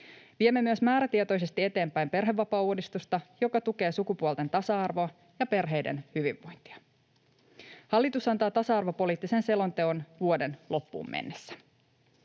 Viemme myös määrätietoisesti eteenpäin perhevapaauudistusta, joka tukee sukupuolten tasa-arvoa ja perheiden hyvinvointia. Hallitus antaa tasa-arvopoliittisen selonteon vuoden loppuun mennessä.